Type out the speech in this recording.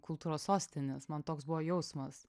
kultūros sostinės man toks buvo jausmas